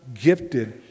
gifted